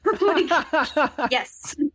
Yes